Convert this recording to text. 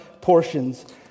portions